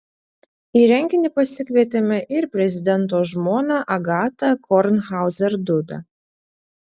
į renginį pasikvietėme ir prezidento žmoną agatą kornhauzer dudą